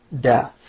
death